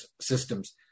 systems